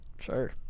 sure